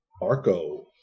Marco